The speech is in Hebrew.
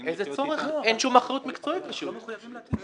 לצורך סעיף